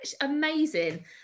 amazing